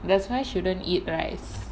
that's why shouldn't eat rice